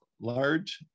large